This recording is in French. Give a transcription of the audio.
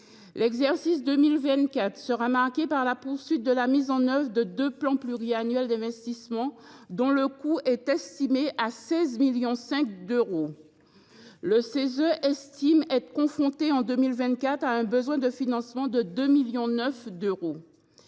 L’exercice 2024 sera marqué par la poursuite de la mise en œuvre de deux plans pluriannuels d’investissement, dont le coût est estimé à 16,5 millions d’euros. Le Cese estime être confronté en 2024 à un besoin de financement de 2,9 millions d’euros.